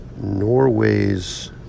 Norway's